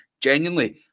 genuinely